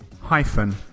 hyphen